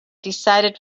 decided